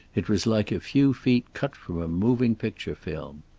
it was like a few feet cut from a moving picture film.